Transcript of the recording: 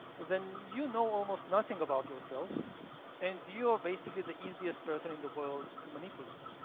then you know almost nothing about yourself and you're basically the easiest person in the world to manipulate.